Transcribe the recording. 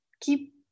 keep